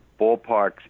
ballparks